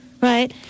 right